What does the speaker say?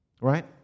right